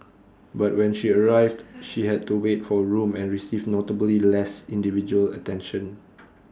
but when she arrived she had to wait for A room and received notably less individual attention